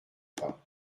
pas